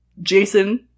Jason